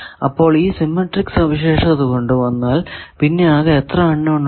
അപ്പോൾ ഈ സിമെട്രിക് സവിശേഷത കൊണ്ട് വന്നാൽ പിന്നെ ആകെ എത്ര അൺ നോൺ ഉണ്ട്